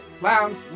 lounge